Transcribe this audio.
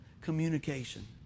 communication